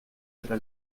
tra